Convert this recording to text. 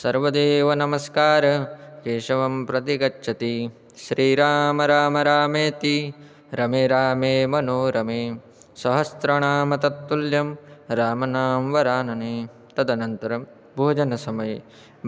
सर्वदेवनमस्कार केशवं प्रति गच्छति श्रीरामरामरामेति रमे रामे मनोरमे सहस्रनाम तत्तुल्यं रामनाम वरानने तदनन्तरं भोजनसमये